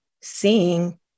seeing